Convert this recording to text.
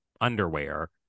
underwear